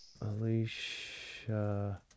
alicia